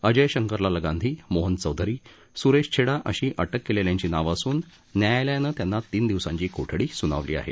अजय शंकरलाल गांधी मोहन चौधरी स्रेश छेडा अशी अटक केलेल्यांची नावं असून न्यायालयानं त्यांना तीन दिवसांची कोठडी सूनावली आहे